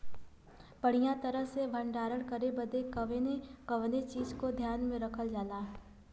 बढ़ियां तरह से भण्डारण करे बदे कवने कवने चीज़ को ध्यान रखल जा?